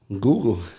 Google